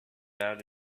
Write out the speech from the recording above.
about